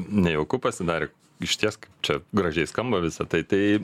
nejauku pasidarė išties kaip čia gražiai skamba visa tai tai